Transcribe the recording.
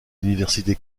l’université